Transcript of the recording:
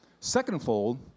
Secondfold